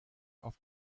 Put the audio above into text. auf